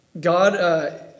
God